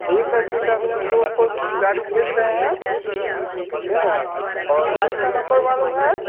ठीक है ठीक है अभी हम दो फोर्स गाड़ी भेज रहे हैं ठीक है और गाड़ी का नंबर मालूम है